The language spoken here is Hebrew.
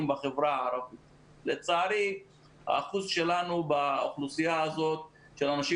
בחברה הערבית ולצערי האחוז שלנו באוכלוסייה הזאת של אנשים